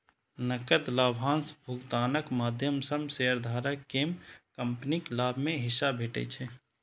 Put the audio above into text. नकद लाभांश भुगतानक माध्यम सं शेयरधारक कें कंपनीक लाभ मे हिस्सा भेटै छै